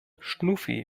schnuffi